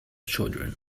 children